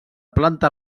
planta